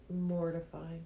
mortifying